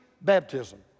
baptism